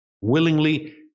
willingly